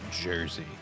jersey